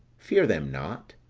fear them not.